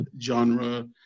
genre